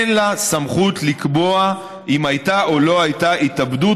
אין לה סמכות לקבוע אם הייתה או לא הייתה התאבדות.